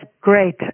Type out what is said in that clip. great